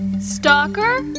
Stalker